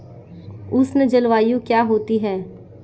उष्ण जलवायु क्या होती है?